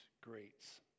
greats